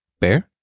Bear